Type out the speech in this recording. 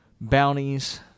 bounties